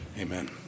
Amen